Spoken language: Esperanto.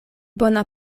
bona